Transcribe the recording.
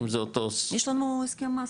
אם זה אותו --- יש לנו הסכם מסטר.